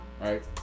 right